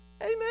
amen